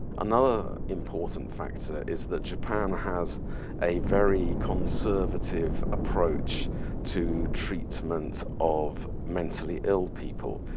another important factor is that japan has a very conservative approach to treatment of mentally ill people,